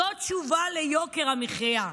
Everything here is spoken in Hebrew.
זאת תשובה ליוקר המחיה,